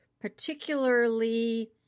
particularly